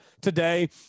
today